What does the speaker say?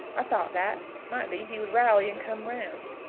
i thought that, might be, he would rally and come round.